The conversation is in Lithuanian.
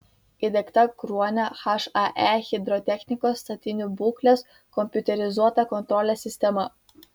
įdiegta kruonio hae hidrotechnikos statinių būklės kompiuterizuota kontrolės sistema